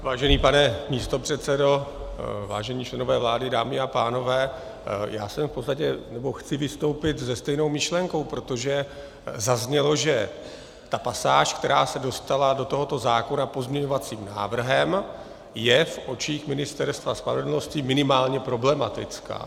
Vážený pane místopředsedo, vážení členové vlády, dámy a pánové, já jsem v podstatě nebo chci vystoupit se stejnou myšlenkou, protože zaznělo, že ta pasáž, která se dostala do tohoto zákona pozměňovacím návrhem, je v očích Ministerstva spravedlnosti minimálně problematická.